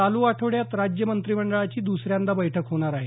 चालू आठवड्यात राज्य मंत्रिमंडळाची द्सऱ्यांदा बैठक होणार आहे